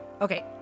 okay